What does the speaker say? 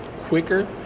quicker